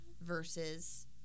versus